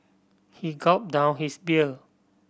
he gulped down his beer